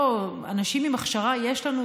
אנשים עם הכשרה יש לנו,